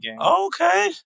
Okay